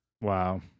Wow